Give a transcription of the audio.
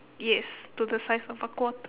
yes to the size of a quarter